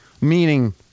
Meaning